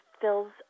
fills